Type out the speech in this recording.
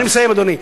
אני מסיים, אדוני.